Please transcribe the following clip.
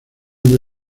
muy